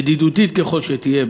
ידידותית ככל שתהיה,